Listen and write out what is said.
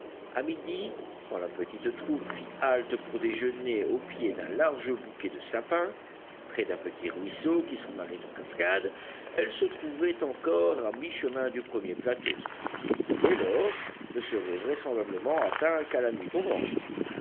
à midi quand la petite troupe fit halte pour déjeuner au pied d'un large bouquet de sapins près d'un petit ruisseau qui s'en allait en cascade elle se trouvait encore à michemin du premier plateau qui dès lors ne serait vraisemblablement atteint qu'à la nuit